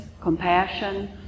compassion